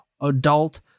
adult